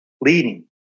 leading